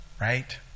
Right